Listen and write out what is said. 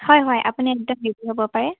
হয় হয় আপুনি একদম বিজি হ'ব পাৰে